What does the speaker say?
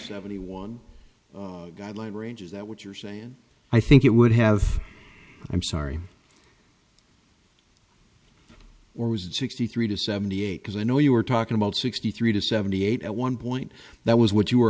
seventy one guideline range is that what you're saying i think it would have i'm sorry or was it sixty three to seventy eight because i know you were talking about sixty three to seventy eight at one point that was what you were